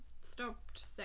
stopped